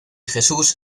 jesús